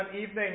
evening